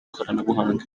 koranabuhanga